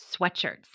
sweatshirts